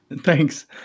Thanks